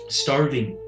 starving